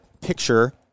picture